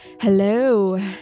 hello